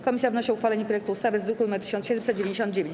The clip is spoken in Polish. Komisja wnosi o uchwalenie projektu ustawy z druku nr 1799.